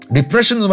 Depression